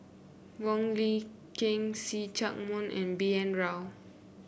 Wong Lin Ken See Chak Mun and B N Rao